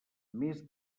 més